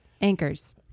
Anchors